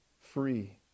free